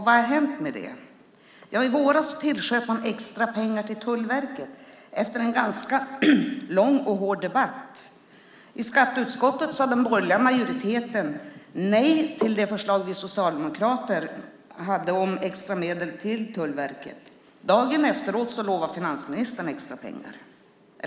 Vad har hänt med det? Jo, i våras tillsköt man extra pengar till Tullverket efter en ganska lång och hård debatt. I skatteutskottet sade den borgerliga majoriteten nej till det förslag vi socialdemokrater hade om extra medel till Tullverket. Två dagar efteråt lovade finansministern extra pengar.